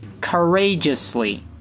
courageously